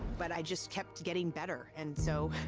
but i just kept getting better, and so.